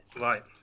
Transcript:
right